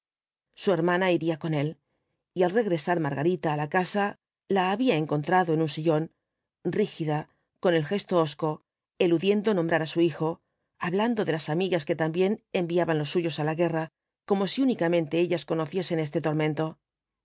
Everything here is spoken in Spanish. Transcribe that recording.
su hermana iría con él y al regresar margarita á la casa la había encontrado en un sillón rígida con el gesto hosco eludiendo nombrará su hijo hablando de las amigas que también enviaban los suyos á la guerra como si únicamente ellas conociesen este tormento